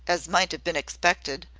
as might have been expected,